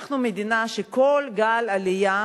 אנחנו מדינה שכל גל עלייה,